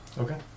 Okay